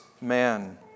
man